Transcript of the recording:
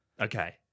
Okay